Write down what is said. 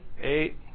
eight